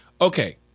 Okay